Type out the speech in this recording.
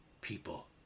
people